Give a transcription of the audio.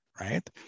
right